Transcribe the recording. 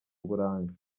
uburanga